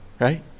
right